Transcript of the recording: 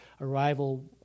arrival